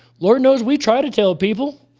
lord knows we try to tell people.